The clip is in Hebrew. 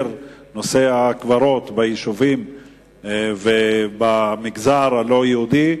בנושא הקברות ביישובים ובמגזר הלא-יהודי,